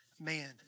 man